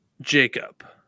Jacob